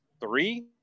three